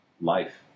life